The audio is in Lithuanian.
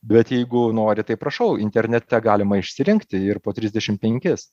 bet jeigu nori tai prašau internete galima išsirinkti ir po trisdešim penkis